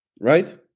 right